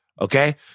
okay